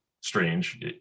strange